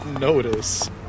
notice